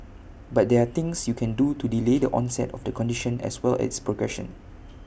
but there're things you can do to delay the onset of the condition as well as progression